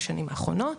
בשנים האחרונות.